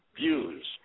views